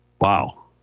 Wow